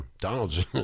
Donald's